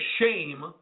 shame